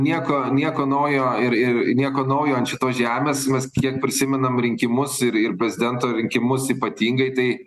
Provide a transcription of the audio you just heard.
nieko nieko naujo ir ir nieko naujo ant šitos žemės kiek prisimenam rinkimus ir ir prezidento rinkimus ypatingai tai